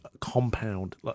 compound